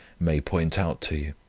may point out to you.